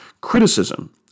criticism